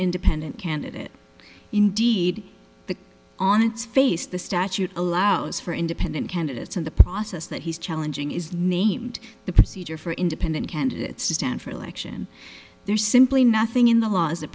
independent candidate indeed on its face the statute allows for independent candidates in the process that he's challenging is named the procedure for independent candidates to stand for election there's simply nothing in the laws that